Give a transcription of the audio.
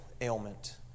ailment